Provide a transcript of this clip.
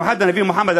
במיוחד הנביא מוחמד,